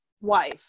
wife